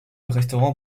restaurants